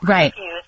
Right